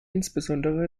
insbesondere